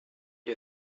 you